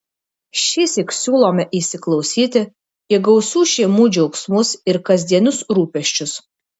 šįsyk siūlome įsiklausyti į gausių šeimų džiaugsmus ir kasdienius rūpesčius